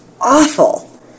awful